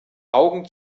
augen